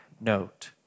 note